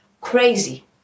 crazy